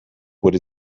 would